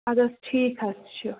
اَدٕ حظ ٹھیٖک حظ چھُ